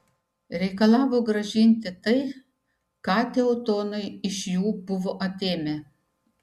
reikalavo grąžinti tai ką teutonai iš jų buvo atėmę